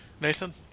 Nathan